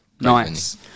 nice